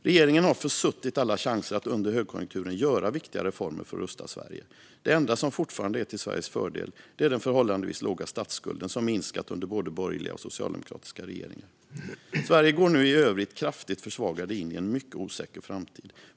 Regeringen har försuttit alla chanser att under högkonjunkturen göra viktiga reformer för att rusta Sverige. Det enda som fortfarande är till Sveriges fördel är den förhållandevis låga statsskulden, som minskat under både borgerliga och socialdemokratiska regeringar. Sverige går nu i övrigt kraftigt försvagat in i en mycket osäker framtid.